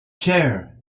chair